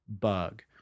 bug